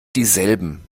dieselben